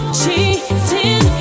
cheating